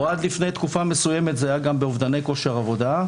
או עד לפני תקופה מסוימת זה היה גם באובדני כושר עבודה,